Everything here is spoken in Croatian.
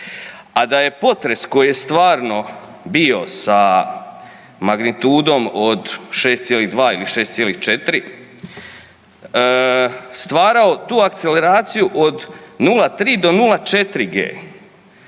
a da je potres koji je stvarno bio sa magnitudom od 6,2 ili 6,4, stvarao tu akceleraciju od 0,3 do 0,4 g,